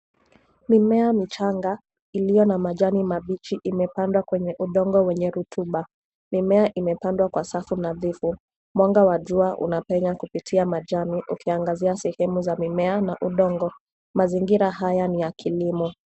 Mimea michanga iliyo na majani mabichi imepandwa wenye udongo wenye rutuba. Mimea imepandwa kwa safu nadhifu. Mwanga wa jua unapenya kupitia majani ukiangazia sehemu za mimea na udongo. Mazingira haya ni ya kilimo.